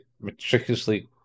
meticulously